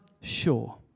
Sure